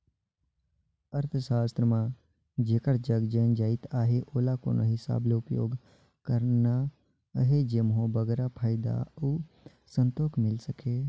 अर्थसास्त्र म जेकर जग जेन जाएत अहे ओला कोन हिसाब ले उपयोग करना अहे जेम्हो बगरा फयदा अउ संतोक मिल सके